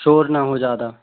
शोर ना हो ज़्यादा